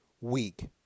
week